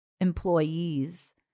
employees